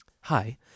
Hi